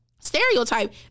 stereotype